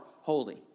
holy